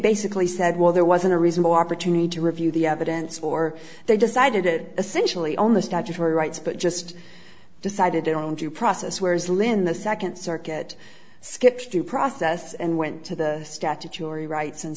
basically said well there wasn't a reasonable opportunity to review the evidence or they decided essentially only statutory rights but just decided their own due process whereas lynn the second circuit skips due process and went to the statutory rights and